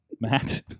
matt